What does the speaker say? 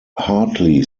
hartley